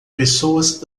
pessoas